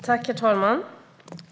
Herr talman!